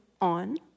on